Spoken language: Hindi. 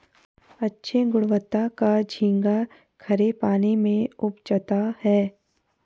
अच्छे गुणवत्ता का झींगा खरे पानी में उपजता है